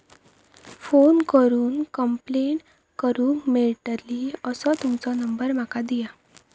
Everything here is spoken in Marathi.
फोन करून कंप्लेंट करूक मेलतली असो तुमचो नंबर माका दिया?